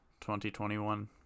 2021